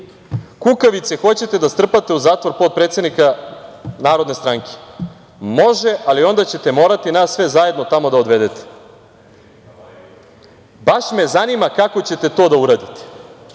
kukavice hoćete da strpate u zatvor potpredsednika Narodne stranke, može, ali onda ćete morati nas sve zajedno da odvedete, baš me zanima kako ćete to da uradite. Evo,